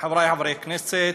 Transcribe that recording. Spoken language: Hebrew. חבריי חברי הכנסת,